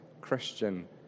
Christian